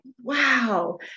wow